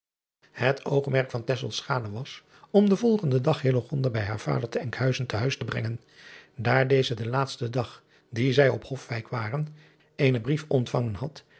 et oogmerk van was om den volgenden dag bij haar vader te nkhuizen te huis te brengen daar deze den laatsten dag dien zij op ofwijk waren eenen brief ontvangen had